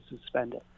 suspended